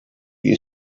you